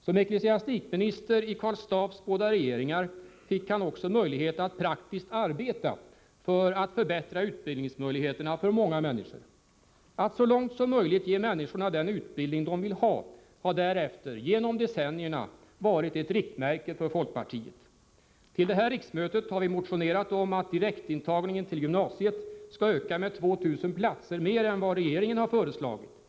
Som ecklesiastikminister i Karl Staafs båda regeringar fick han också möjlighet att praktiskt arbeta för att förbättra utbildningsmöjligheterna för många människor. Att så långt som möjligt ge människorna den utbildning de vill ha, har därefter genom decennierna varit ett riktmärke för folkpartiet. Till det här riksmötet har vi motionerat om att direktintagningen till gymnasiet skall öka med 2 000 platser mer än vad regeringen har föreslagit.